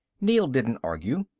neel didn't argue.